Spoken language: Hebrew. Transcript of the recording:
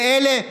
ואלה,